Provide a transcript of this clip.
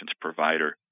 provider